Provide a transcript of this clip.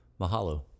Mahalo